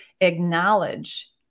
acknowledge